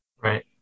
Right